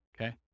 Okay